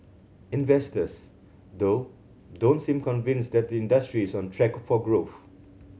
investors though don't seem convinced that the industry is on track for growth